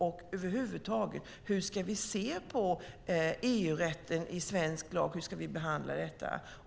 Och det handlar över huvud taget om hur vi ska se på EU-rätten i svensk lag och hur vi ska behandla detta.